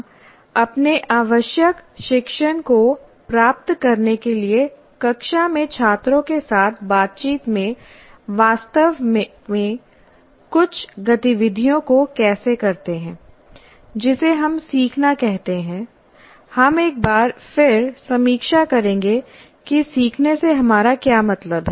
हम अपने आवश्यक शिक्षण को प्राप्त करने के लिए कक्षा में छात्रों के साथ बातचीत में वास्तव में कुछ गतिविधियों को कैसे करते हैं जिसे हम सीखना कहते हैं हम एक बार फिर समीक्षा करेंगे कि सीखने से हमारा क्या मतलब है